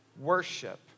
worship